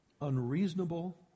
unreasonable